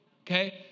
okay